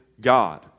God